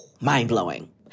Mind-blowing